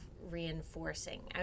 reinforcing